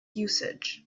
usage